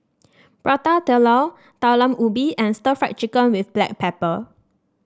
Prata Telur Talam Ubi and Stir Fried Chicken with Black Pepper